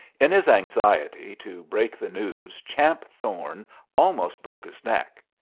in his anxiety to break the news champ thorne almost broke his neck.